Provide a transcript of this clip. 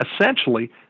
Essentially